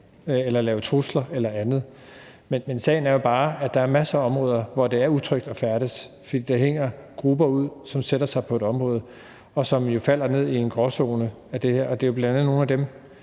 eller komme med trusler eller andet, men sagen er bare den, at der er masser af områder, hvor der er utrygt at færdes, fordi der er grupper, der hænger ud og sætter sig på et område, og de befinder sig jo i en gråzone af det her, og det er bl.a. nogle af dem,